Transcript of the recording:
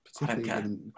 Particularly